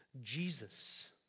Jesus